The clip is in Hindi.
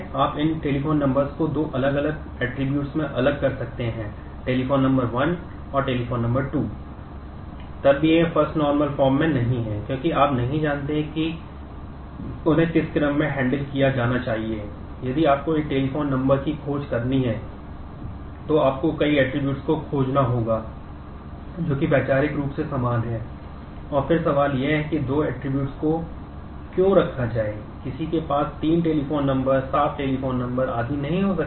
आप इन टेलीफोन नंबर्स आदि नहीं हो सकते